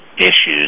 issues